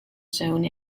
zone